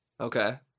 Okay